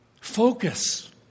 Focus